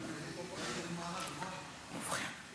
רגע,